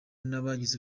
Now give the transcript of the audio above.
n’abagize